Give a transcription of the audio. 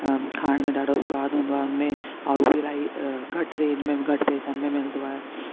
अ खाइण में ॾाढो स्वादु हूंदो आहे हुनमें और हो बि इलाही घटि रेंज में घटि पेसनि में मिलंदो आहे